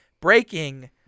breaking